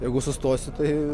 jeigu sustosi tai